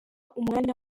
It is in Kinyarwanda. umwanya